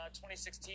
2016